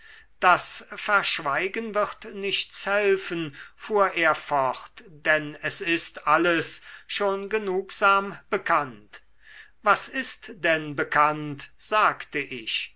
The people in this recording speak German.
das verschweigen wird nichts helfen fuhr er fort denn es ist alles schon genugsam bekannt was ist denn bekannt sagte ich